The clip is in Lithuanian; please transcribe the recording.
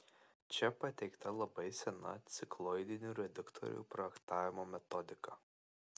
čia pateikta labai sena cikloidinių reduktorių projektavimo metodika